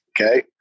Okay